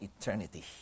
eternity